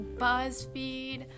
BuzzFeed